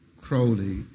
Crowley